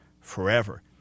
forever